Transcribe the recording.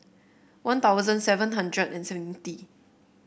One Thousand seven hundred and seventy